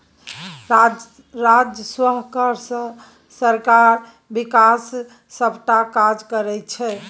राजस्व कर सँ सरकार बिकासक सभटा काज करैत छै